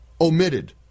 omitted